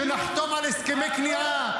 שנחתום על הסכמי כניעה.